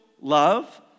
love